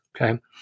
okay